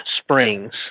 springs